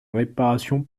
réparation